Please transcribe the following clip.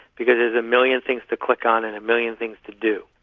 because there's a million things to click on and a million things to do.